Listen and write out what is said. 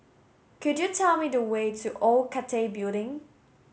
could you tell me the way to Old Cathay Building